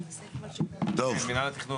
טוב מינהל התכנון.